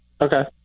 Okay